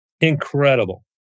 Incredible